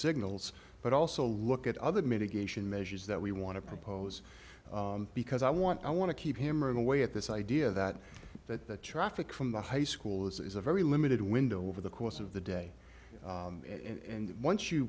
signals but also look at other mitigation measures that we want to propose because i want i want to keep hammering away at this idea that that the traffic from the high school is a very limited window over the course of the day and once you